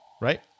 right